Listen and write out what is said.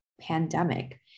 pandemic